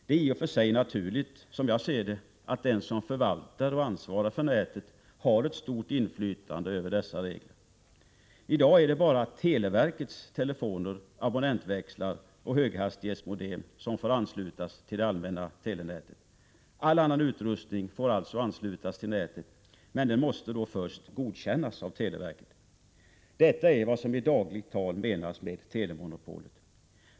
Det är i och för sig naturligt, som jag ser det, att den som förvaltar och ansvarar för nätet har ett stort inflytande över dessa regler. I dag är det bara televerkets telefoner, abonnentväxlar och höghastighetsmodem som får anslutas till det allmänna telenätet. All annan utrustning får alltså anslutas till nätet, men den måste då först godkännas av televerket. Detta är vad som i dagligt tal menas med telemonopolet.